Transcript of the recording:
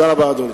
אדוני,